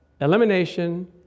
elimination